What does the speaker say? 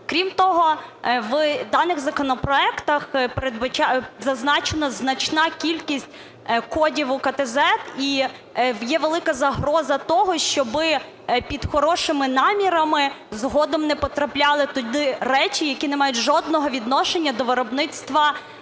Крім того, в даних законопроектах зазначена значна кількість кодів УКТ ЗЕД і є велика загроза того, щоб під хорошими намірами згодом не потрапляли туди речі, які не мають жодного відношення до виробництва,